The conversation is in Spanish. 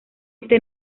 este